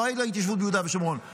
לא רק על ההתיישבות ביהודה ושומרון,